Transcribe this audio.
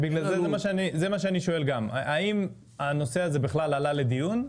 זה מה שגם אני שואל האם הנושא הזה בכלל עלה לדיון,